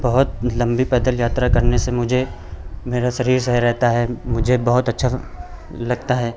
बहुत लम्बी पैदल यात्रा करने से मुझे मेरा शरीर सही रहता है मुझे बहुत अच्छा लगता है